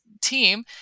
team